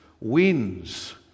wins